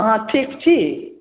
अहाँ ठीक छी